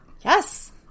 yes